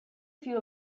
few